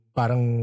parang